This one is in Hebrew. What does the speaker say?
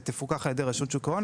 ותפוקח על ידי רשות שוק ההון,